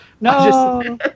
No